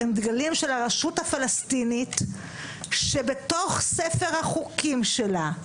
הם דגלים של הרשות הפלסטינית שבתוך ספר החוקים שלה,